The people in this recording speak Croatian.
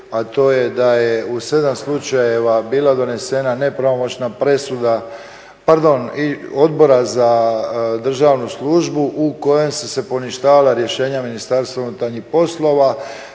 a to je da je u 7 slučajeva bila donesena nepravomoćna presuda, pardon i Odbora za državnu službu u kojem su se poništavala rješenja Ministarstva unutarnjih poslova.